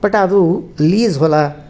but ಅದು lease ಹೊಲ